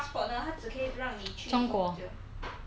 中国 eh 这么大我要去哪里都可以